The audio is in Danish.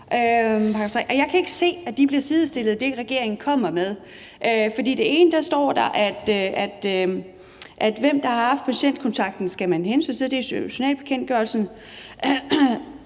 Jeg kan ikke se, at de bliver sidestillet i det, regeringen kommer med. For i det ene står der, at hvem der har haft patientkontakten skal man henvise til – det er i journalføringsbekendtgørelsen